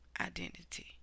identity